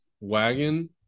wagon